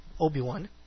Obi-Wan